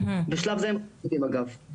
בשלב זה הם חשודים, אגב.